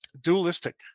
dualistic